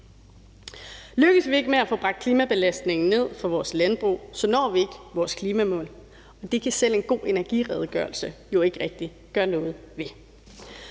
Lykkes vi ikke med at få bragt klimabelastningen ned i forhold til vores landbrug, så når vi ikke vores klimamål, og det kan selv en god redegørelse jo ikke rigtig gøre noget ved.